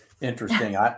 interesting